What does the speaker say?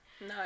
No